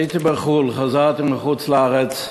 הייתי בחוץ-לארץ, חזרתי מחוץ-לארץ,